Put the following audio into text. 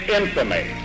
infamy